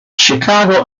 chicago